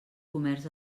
comerç